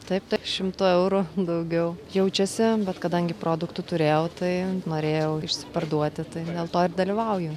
taip taip šimtu eurų daugiau jaučiasi bet kadangi produktų turėjau tai norėjau išsiparduoti tai dėl to ir dalyvauju